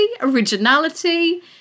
originality